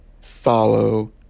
follow